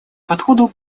подходу